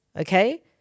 okay